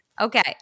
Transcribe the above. Okay